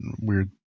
weird